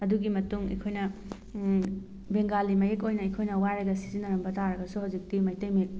ꯑꯗꯨꯒꯤ ꯃꯇꯨꯡ ꯑꯩꯈꯣꯏꯅ ꯕꯦꯡꯒꯥꯂꯤ ꯃꯌꯦꯛ ꯑꯣꯏꯅ ꯑꯩꯈꯣꯏꯅ ꯋꯥꯏꯔꯒ ꯁꯤꯖꯤꯟꯅꯔꯝꯕ ꯇꯥꯔꯒꯁꯨ ꯍꯧꯖꯤꯛꯇꯤ ꯃꯩꯇꯩ ꯃꯌꯦꯛ